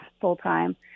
full-time